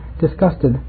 disgusted